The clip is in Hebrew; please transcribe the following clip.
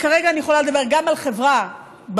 וכרגע אני יכולה לדבר גם על חברה במונח